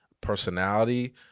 personality